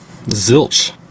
Zilch